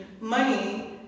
money